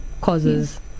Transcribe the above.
causes